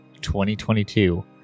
2022